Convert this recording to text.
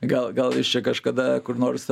gal gal jis čia kažkada kur nors